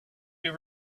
give